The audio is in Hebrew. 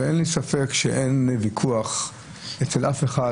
אין לי ספק שאין ויכוח אצל אף אחד,